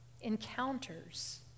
encounters